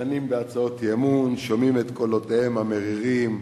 דנים בהצעות אי-אמון, שומעים את קולותיהם המרירים,